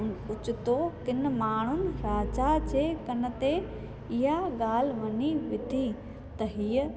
ओचितो किन माण्हुनि राजा जे कन ते इहा ॻाल्हि वञी विधी त हीअं